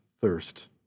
thirst